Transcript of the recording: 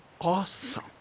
awesome